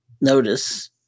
notice